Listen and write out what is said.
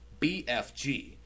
BFG